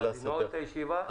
מה, לנעול את הישיבה?